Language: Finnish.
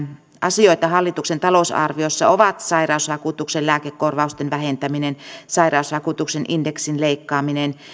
asioita hallituksen talousarviossa ovat sairausvakuutuksen lääkekorvausten vähentäminen sairausvakuutuksen indeksin leikkaaminen